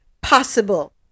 possible